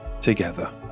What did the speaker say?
together